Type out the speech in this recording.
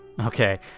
Okay